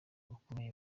bakomeye